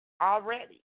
already